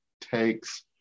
takes